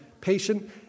patient